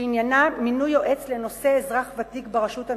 שעניינה מינוי יועץ לנושא האזרחים הוותיקים ברשות המקומית.